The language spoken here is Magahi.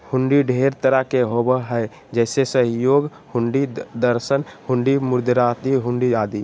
हुंडी ढेर तरह के होबो हय जैसे सहयोग हुंडी, दर्शन हुंडी, मुदात्ती हुंडी आदि